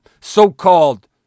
so-called